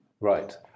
Right